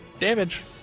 damage